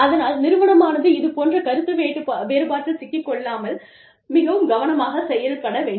அதனால் நிறுவனமானது இது போன்ற கருத்துவேறுபாட்டில் சிக்கிக் கொள்ளாமல் மிகவும் கவனமாக செயல்பட வேண்டும்